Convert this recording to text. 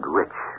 rich